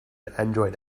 android